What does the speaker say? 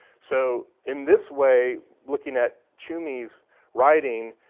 so in this way, looking at tschumi's writing,